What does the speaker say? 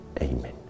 Amen